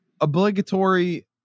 Obligatory